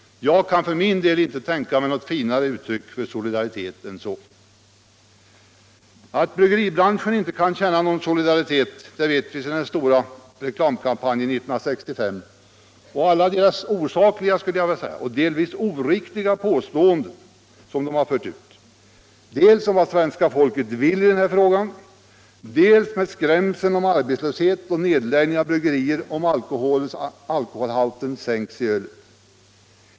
Jag kan för min del inte tänka mig något finare uttryck för solidaritet än så. Att bryggeribranschen inte kan känna någon solidaritet vet vi sedan den stora reklamkampanjen 1965. Det är många osakliga — skulle jag vilja säga — och delvis oriktiga påståenden som den branschens företrädare har fört ut, dels när det gäller vad det svenska folket vill i den här frågan, dels med skrämseln om arbetslöshet och nedläggning av bryggerier om alkoholhalten sänks i ölet.